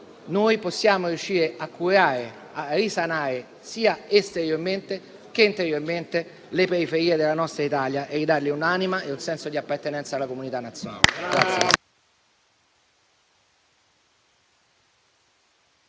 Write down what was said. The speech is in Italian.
possiamo riuscire a curare e risanare, sia esteriormente, sia interiormente, le periferie della nostra Italia e restituire loro un'anima e un senso di appartenenza alla comunità nazionale.